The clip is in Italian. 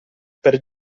per